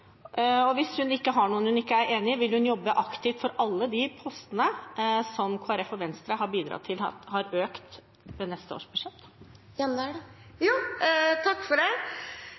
Hvis det ikke er noen hun ikke er enig i, vil hun jobbe aktivt for alle de postene som Kristelig Folkeparti og Venstre har bidratt til har økt i neste års budsjett? Jeg må si at nå har vi en budsjettenighet, og det er klart at det